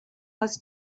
was